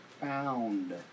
found